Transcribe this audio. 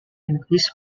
increase